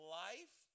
life